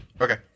Okay